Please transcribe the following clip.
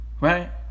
right